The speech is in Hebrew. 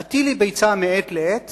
הטילי ביצה מעת לעת